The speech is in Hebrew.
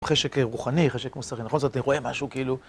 חשק רוחני, חשק מוסרי, נכון? זאת אתה רואה משהו כאילו...